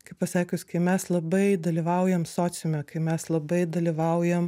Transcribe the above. kaip pasakius kai mes labai dalyvaujam sociume kai mes labai dalyvaujam